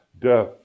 death